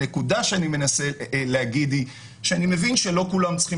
הנקודה שאני מנסה להגיד היא שאני מבין שלא כולם צריכים